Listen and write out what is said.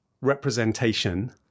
representation